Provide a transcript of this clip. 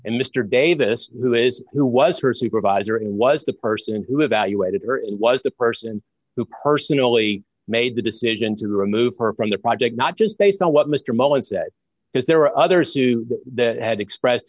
and mr davis who is who was her supervisor and was the person who evaluated her it was the person who personally made the decision to remove her from the project not just based on what mr mullen said because there were others who had expressed